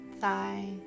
Thigh